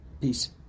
Peace